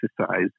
exercise